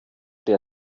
der